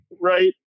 right